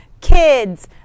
kids